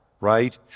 right